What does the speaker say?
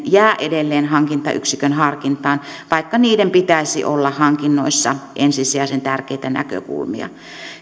jää edelleen hankintayksikön harkintaan vaikka niiden pitäisi olla hankinnoissa ensisijaisen tärkeitä näkökulmia